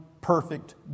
perfect